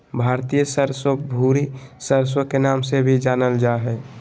भारतीय सरसो, भूरी सरसो के नाम से भी जानल जा हय